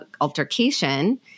altercation